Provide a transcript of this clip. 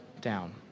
down